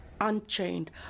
unchained